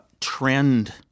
trend